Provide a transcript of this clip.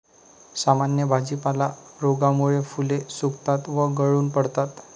सामान्य भाजीपाला रोगामुळे फुले सुकतात व गळून पडतात